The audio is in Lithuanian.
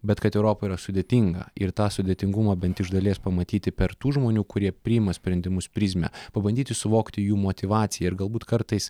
bet kad europa yra sudėtinga ir tą sudėtingumą bent iš dalies pamatyti per tų žmonių kurie priima sprendimus prizmę pabandyti suvokti jų motyvaciją ir galbūt kartais